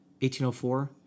1804